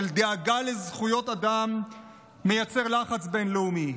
דאגה לזכויות אדם מייצרות לחץ בין-לאומי,